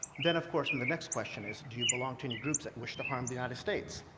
then, of course, and the next question is do you belong to any groups that wish to harm the united states?